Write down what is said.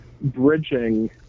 bridging